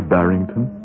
Barrington